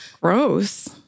Gross